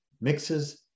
mixes